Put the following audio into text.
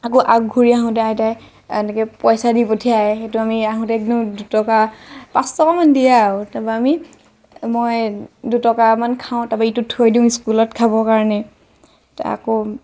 আকৌ ঘূৰি আহোঁতে আইতাই এনেকে পইচা দি পঠিয়ায় সেইটো আমি আহোঁতে একদম দুটকা পাঁচটকা মান দিয়ে আৰু তাৰ পৰা আমি মই দুটকামান খাওঁ তাৰ পৰা ইটো থৈ দিওঁ স্কুলত খাবৰ কাৰণে তাৰ পৰা আকৌ